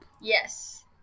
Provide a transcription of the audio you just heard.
Yes